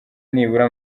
nibura